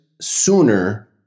sooner